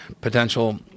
potential